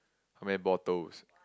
how many bottles